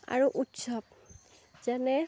আৰু উৎসৱ যেনে